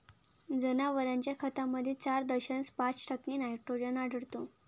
जनावरांच्या खतामध्ये चार दशांश पाच टक्के नायट्रोजन आढळतो